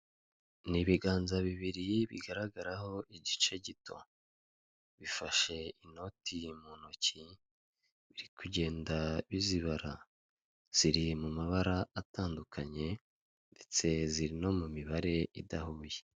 Ni ibiganza bibiri bigaragaraho igice gito, bifashe inoti mu ntoki, biri kugenda bizibara. Ziri mu mabara atandukanye ndetse ziri no mu mibare idahuye.